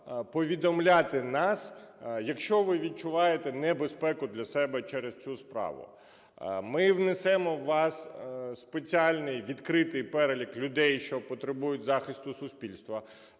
повідомляти нас, якщо ви відчуваєте небезпеку для себе через цю справу. Ми внесемо вас в спеціальний відкритий перелік людей, що потребують захисту суспільства.